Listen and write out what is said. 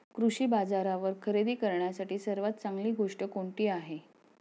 कृषी बाजारावर खरेदी करण्यासाठी सर्वात चांगली गोष्ट कोणती आहे?